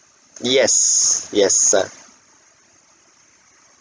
yes yes